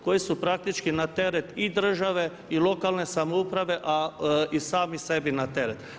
Koji su praktički na teret i države i lokalne samouprave, a i sami sebi na teret.